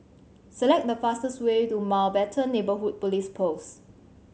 select the fastest way to Mountbatten Neighbourhood Police Post